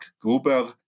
Gruber